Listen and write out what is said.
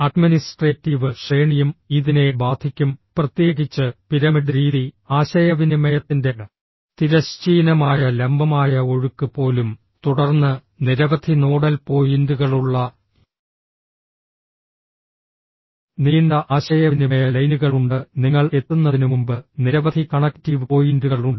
administrative ശ്രേണിയും ഇതിനെ ബാധിക്കും പ്രത്യേകിച്ച് പിരമിഡ് രീതി ആശയവിനിമയത്തിന്റെ തിരശ്ചീനമായ ലംബമായ ഒഴുക്ക് പോലും തുടർന്ന് നിരവധി നോഡൽ പോയിന്റുകളുള്ള നീണ്ട ആശയവിനിമയ ലൈനുകൾ ഉണ്ട് നിങ്ങൾ എത്തുന്നതിനുമുമ്പ് നിരവധി കണക്റ്റീവ് പോയിന്റുകൾ ഉണ്ട്